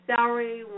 Salary